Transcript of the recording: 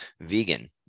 vegan